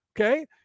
Okay